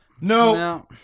No